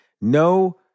No